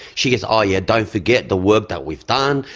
she goes, oh yeah, don't forget the work that we've done,